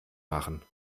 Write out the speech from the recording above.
machen